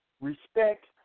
respect